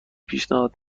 پیشنهاد